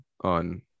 on